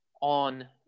on